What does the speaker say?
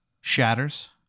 shatters